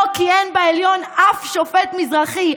לא כיהן בעליון אף שופט מזרחי,